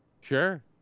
Sure